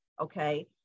Okay